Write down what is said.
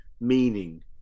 meaning